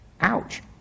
ouch